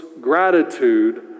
gratitude